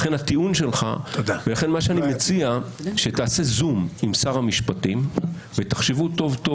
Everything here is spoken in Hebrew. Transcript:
לכן אני מציע שתעשה זום עם שר המשפטים ותחשבו טוב טוב